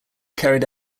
carried